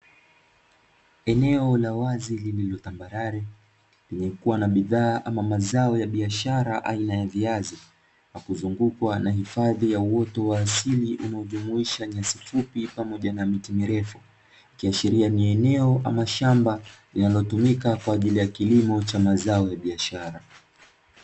Eneo la wazi lililotambarare lililokuwa na bidhaa ama mazao ya biashara aina ya viazi, na kuzungukwa na hifadhi ya uoto wa asili unaojumuisha nyasi fupi pamoja na miti mirefu, ikiayoashiria ni eneo shamba linalotumika kwa ajili ya kilimo cha mazao ya biashara.